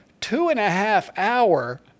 two-and-a-half-hour